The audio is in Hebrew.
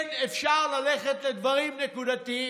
כן אפשר ללכת על דברים נקודתיים: